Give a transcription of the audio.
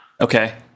Okay